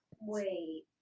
Wait